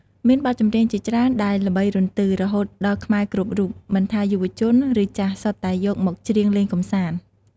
មានបទចម្រៀងជាច្រើនដែលល្បីរន្ទឺ រហូតដល់ខ្មែរគ្រប់រូប មិនថាយុវជន ឬចាស់ សុទ្ធតែយកមកច្រៀងលេងកម្សាន្ត។